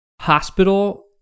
hospital